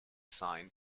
sign